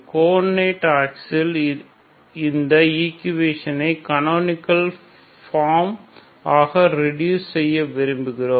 coordinate axis ல் இந்த ஈக்குவேஷனை கனோனிகள் ஃபார்ம் ஆக ரெடூஸ் செய்ய விரும்புகிறோம்